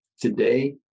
Today